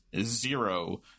zero